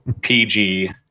PG